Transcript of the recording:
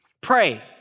Pray